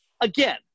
Again